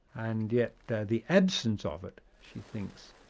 and yet the the absence of it, she thinks,